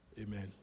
Amen